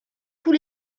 tous